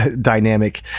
dynamic